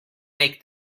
make